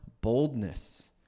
boldness